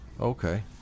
okay